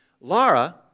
Laura